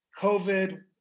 COVID